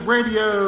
Radio